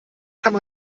kann